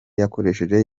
yakoresheje